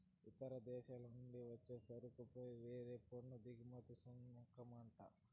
ఇతర దేశాల నుంచి వచ్చే సరుకులపై వేసే పన్ను దిగుమతి సుంకమంట